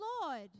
Lord